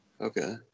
Okay